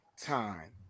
Time